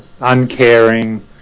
uncaring